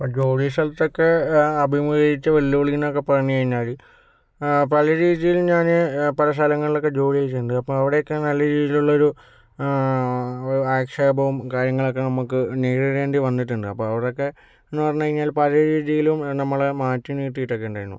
ഇപ്പോൾ ജോലി സ്ഥലത്തൊക്കെ അഭിമുഖീകരിച്ച വെല്ലുവിളി എന്നൊക്കെ പറഞ്ഞു കഴിഞ്ഞാൽ പല രീതിയിലും ഞാൻ പല സ്ഥലങ്ങളിലൊക്കെ ജോലി ചെയ്തിട്ടുണ്ട് അപ്പോൾ അവിടെയൊക്കെ നല്ല രീതിയിലുള്ളൊരു ആക്ഷേപവും കാര്യങ്ങളൊക്കെ നമുക്ക് നേരിടേണ്ടി വന്നിട്ടുണ്ട് അപ്പോൾ അവിടെയൊക്കെ എന്ന് പറഞ്ഞ് കഴിഞ്ഞാൽ പല രീതിയിലും നമ്മളെ മാറ്റി നിർത്തിയിട്ടൊക്കെ ഉണ്ടായിരുന്നു